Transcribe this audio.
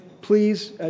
Please